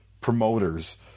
promoters